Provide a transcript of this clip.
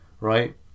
Right